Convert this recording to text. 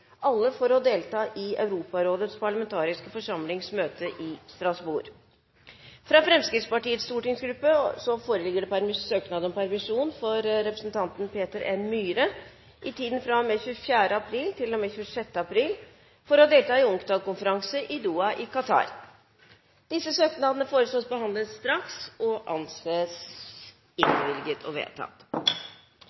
alle for å delta i Europarådets parlamentariske forsamlings møte i Strasbourg fra Fremskrittspartiets stortingsgruppe om permisjon for representanten Peter N. Myhre i tiden fra og med 24. april til og med 26. april for å delta i UNCTAD-konferanse i Doha, Qatar Disse søknader foreslås behandlet straks og innvilget. – Det anses